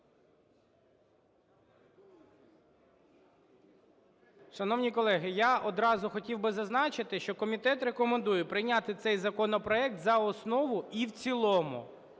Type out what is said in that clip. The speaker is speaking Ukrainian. Шановні колеги, я одразу хотів би зазначити, що комітет рекомендує прийняти цей законопроект за основу і в цілому.